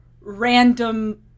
random